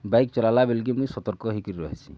bike ଚଲାଲା ବେଲକେ ମୁଇଁ ସତର୍କ ହେଇକି ରହେସି